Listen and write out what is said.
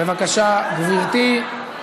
בבקשה, גברתי.